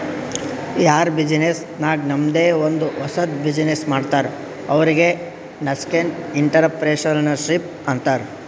ಯಾರ್ ಬಿಸಿನ್ನೆಸ್ ನಾಗ್ ತಂಮ್ದೆ ಒಂದ್ ಹೊಸದ್ ಬಿಸಿನ್ನೆಸ್ ಮಾಡ್ತಾರ್ ಅವ್ರಿಗೆ ನಸ್ಕೆಂಟ್ಇಂಟರಪ್ರೆನರ್ಶಿಪ್ ಅಂತಾರ್